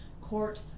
court